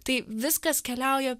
tai viskas keliauja